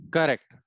Correct